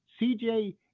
CJ